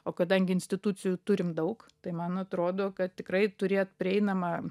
o kadangi institucijų turime daug tai man atrodo kad tikrai turėt prieinamą